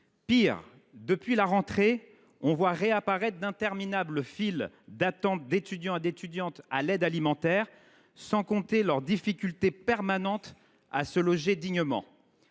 Pis, depuis la rentrée, on voit réapparaître d’interminables files d’attente d’étudiants et d’étudiantes pour l’aide alimentaire, sans compter les difficultés permanentes qu’ils rencontrent